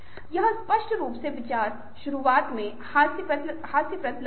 यह स्पष्ट रूप से विचार शुरुआत में हास्यास्पद लग रहा था